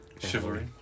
Chivalry